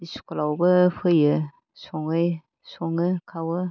स्कुलावबो फैयो सङै सङो खावो